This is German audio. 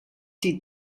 die